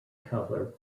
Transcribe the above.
color